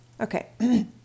Okay